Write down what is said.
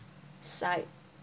side